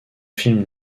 films